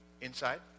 Inside